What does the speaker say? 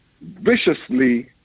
viciously